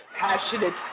passionate